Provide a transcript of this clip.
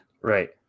Right